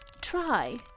try